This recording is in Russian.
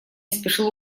спешил